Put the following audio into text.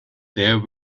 there